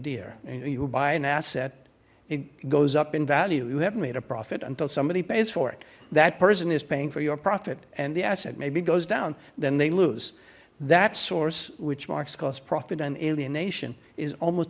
dear you buy an asset it goes up in value you have made a profit until somebody pays for it that person is paying for your profit and the asset maybe goes down then they lose that source which marx calls profit and alienation is almost